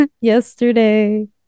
yesterday